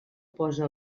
posa